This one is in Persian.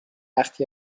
وقت